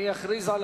אכריז על